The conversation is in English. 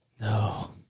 No